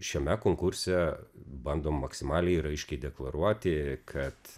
šiame konkurse bandom maksimaliai ir aiškiai deklaruoti kad